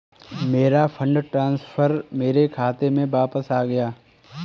मेरा fund transfer मेरे खाते में वापस आ गया है